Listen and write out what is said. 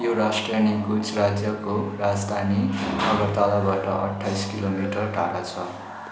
यो राष्ट्रिय निकुञ्ज राज्यको राजधानी अगरतलाबाट अट्ठाइस किलोमिटर टाढा छ